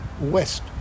west